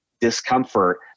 discomfort